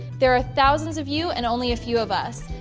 there are thousands of you and only a few of us.